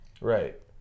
Right